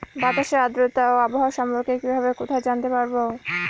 বাতাসের আর্দ্রতা ও আবহাওয়া সম্পর্কে কিভাবে কোথায় জানতে পারবো?